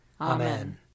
Amen